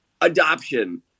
adoption